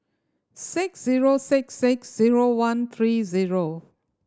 six zero six six zero one three zero